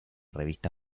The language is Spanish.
revista